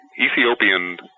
Ethiopian